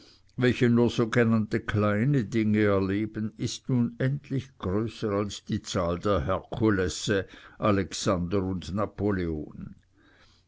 welche nur sogenannte kleine dinge erleben ist unendlich größer als die zahl der herkulesse alexander und napoleon